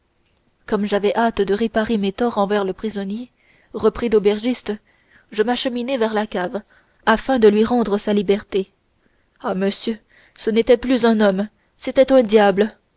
comme j'avais hâte de réparer mes torts envers le prisonnier reprit l'aubergiste je m'acheminai vers la cave afin de lui rendre sa liberté ah monsieur ce n'était plus un homme c'était un diable